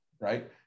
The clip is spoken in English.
right